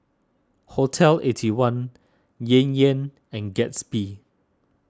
Hotel Eighty One Yan Yan and Gatsby